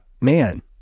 man